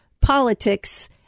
politics